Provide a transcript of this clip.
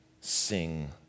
sing